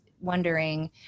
Wondering